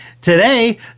Today